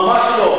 ממש לא.